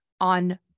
on